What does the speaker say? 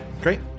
great